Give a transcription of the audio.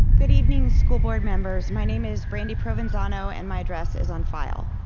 good evening, school board members. my name is brandy provenzano and my address is on file.